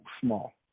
small